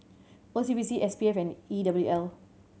O C B C S P F and E W L